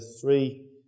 three